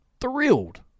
thrilled